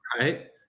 right